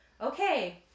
Okay